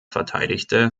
verteidigte